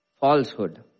falsehood